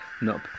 nope